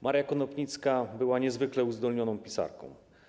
Maria Konopnicka była niezwykle uzdolnioną pisarką.